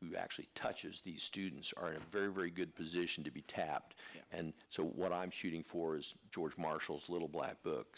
who actually touches the students are in very very good position to be tapped and so what i'm shooting for is george marshall's little black book